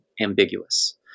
ambiguous